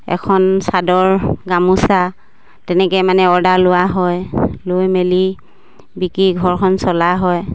এখন চাদৰ গামোচা তেনেকে মানে অৰ্ডাৰ লোৱা হয় লৈ মেলি বিকি ঘৰখন চলা হয়